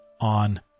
on